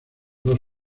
dos